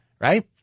right